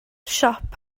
siop